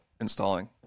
installing